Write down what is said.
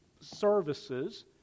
services